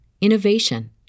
innovation